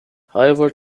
however